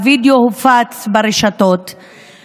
והווידיאו הופץ ברשתות,